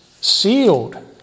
sealed